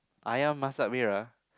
ayam masak merah